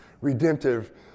redemptive